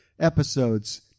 episodes